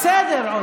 בסדר.